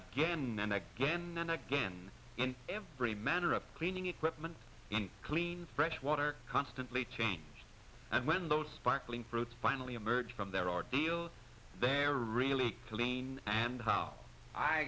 again and again and again in every manner of cleaning equipment and clean spread water constantly changed and when those sparkling fruit finally emerged from there are deals there are really two lane and how